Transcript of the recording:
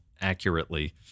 accurately